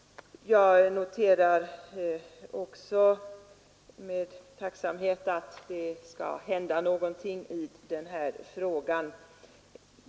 Jag noterar att det nu skall hända någonting i frågan.